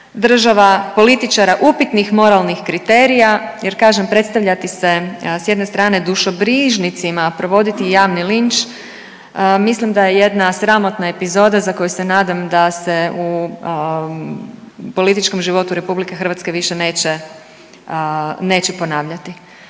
država političara upitnih moralnih kriterija jer kažem predstavljati se s jedne strane dušobrižnicima, provoditi javni linč mislim da je jedna sramotna epizoda za koju se nadam da se u političkom životu RH više neće ponavljati.